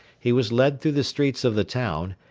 he was led through the streets of the town,